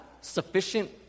sufficient